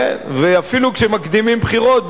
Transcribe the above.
ואפילו כשמקדימים בחירות,